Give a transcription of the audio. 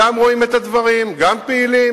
גם רואים את הדברים, גם פעילים.